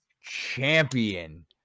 Champion